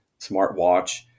smartwatch